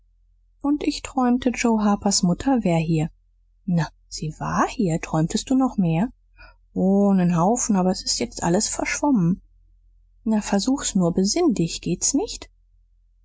und ich träumte joe harpers mutter wär hier na sie war hier träumtest du noch mehr o nen haufen aber s ist jetzt alles verschwommen na versuch's nur besinn dich geht's nicht